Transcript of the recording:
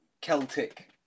celtic